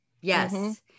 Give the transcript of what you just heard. yes